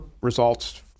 results